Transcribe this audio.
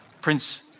Prince